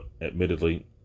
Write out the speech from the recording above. admittedly